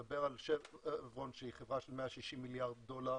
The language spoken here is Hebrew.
אתה מדבר על שברון שהיא חברה של 160 מיליארד דולר